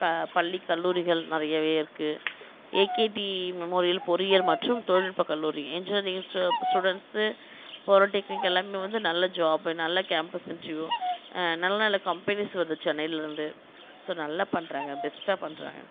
க பள்ளி கல்லூரிகள் நிறையவே இருக்குது ஏகேடி மெமோரியல் பொறியியல் மற்றும் தொழில்நுட்ப கல்லூரி என்ஜினியரிங் ஸ்டூ ஸ்டூடெண்ட்ஸு பாலிடெக்னிக் எல்லாமே வந்து நல்ல ஜாபு நல்ல கேம்பஸ் இன்டர்வியூ நல்ல நல்ல கம்பெனிஸ் வருது சென்னையிலிருந்து ஸோ நல்லா பண்ணுறாங்க பெஸ்ட்டாக பண்ணுறாங்க